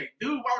dude